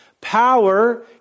Power